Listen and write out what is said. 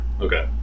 Okay